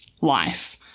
life